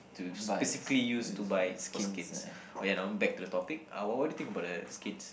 to specifically use to buy for skins oh yeah now back to the topic uh what what do you think about the skins